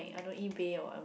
don't eBay or what